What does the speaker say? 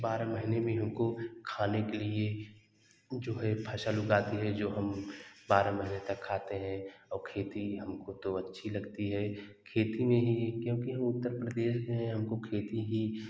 बारह महीने में हमको खाने के लिए जो है फ़सल उगाते हैं जो हम बारह महीने तक खाते हैं और खेती हमको तो अच्छी लगती है खेती में ही क्योंकि हम उतर प्रदेश से हैं हमको खेती ही